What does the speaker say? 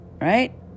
right